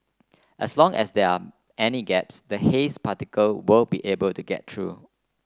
as long as there are any gaps the haze particle will be able to get through